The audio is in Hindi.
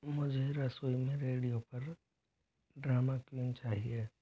मुझे रसोई में रेडियो पर ड्रामा क्वीन चाहिए